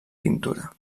pintura